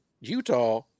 Utah